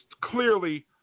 clearly